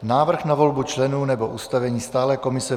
Návrh na volbu členů nebo ustavení stálé komise